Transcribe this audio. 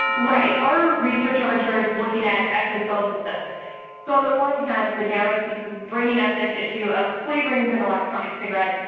right. our research over here is looking at actually both of those things. so on the one hand the jama piece is bringing up this issue of flavourings in electronic cigarettes,